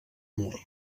mur